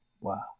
Wow